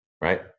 right